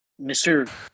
Mr